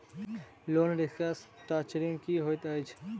Loan restructuring की होइत अछि?